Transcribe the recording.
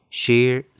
share